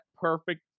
perfect